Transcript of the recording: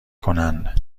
کنن